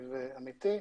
אמיתי.